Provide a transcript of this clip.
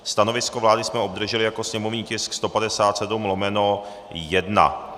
Stanovisko vlády jsme obdrželi jako sněmovní tisk 157/1.